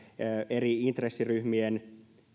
eri intressiryhmien